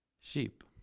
sheep